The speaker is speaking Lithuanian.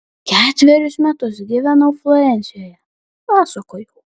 ketverius metus gyvenau florencijoje pasakojau